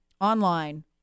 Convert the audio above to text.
online